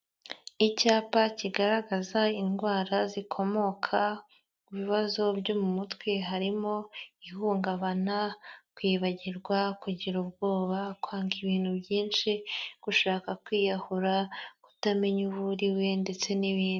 Icyapa kigaragaza indwara zikomoka ku bibazo byo mu mutwe harimo; ihungabana, kwibagirwa, kugira ubwoba, kwanga ibintu byinshi, gushaka kwiyahura, kutamenya uwo uriwe ndetse n'ibindi.